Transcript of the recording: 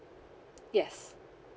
yes